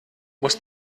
muss